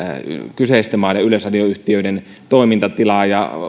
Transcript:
kyseisten maiden yleisradioyhtiöiden toimintatilaa ja